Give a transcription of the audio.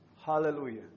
Hallelujah